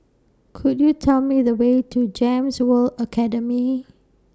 Could YOU Tell Me The Way to Gems World Academy